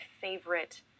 favorite